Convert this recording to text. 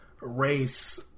race